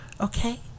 okay